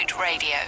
radio